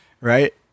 Right